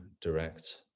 direct